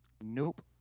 Nope